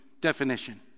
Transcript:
definition